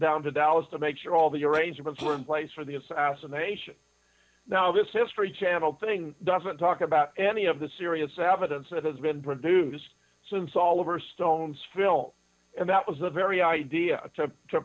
down to dallas to make sure all the arrangements were in place for the assassination now this history channel thing doesn't talk about any of the serious evidence that has been produced since oliver stone's film and that was the very idea